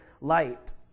light